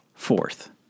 Fourth